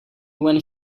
when